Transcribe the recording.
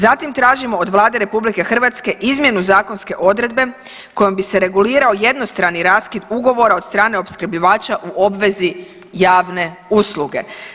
Zatim tražimo od Vlade RH izmjenu zakonske odredbe kojom bi se regulirao jednostrani raskid ugovora od strane opskrbljivača u obvezi javne usluge.